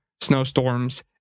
snowstorms